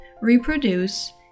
reproduce